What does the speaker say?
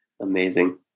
amazing